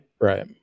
right